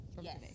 Yes